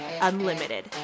Unlimited